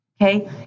okay